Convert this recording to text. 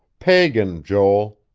pagan, joel.